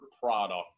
product